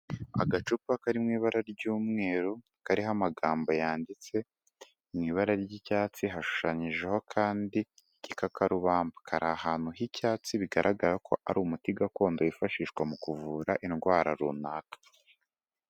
Agacupa karimo ibara ry'umweru kariho amagambo yanditse mu ibara ry'icyatsi hashushanyijeho kandi igikakarubamba, kari ahantu h'icyatsi bigaragara ko ari umuti gakondo wifashishwa mu kuvura indwara runaka.